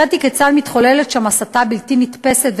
הראיתי כיצד מתחוללת שם הסתה בלתי נתפסת,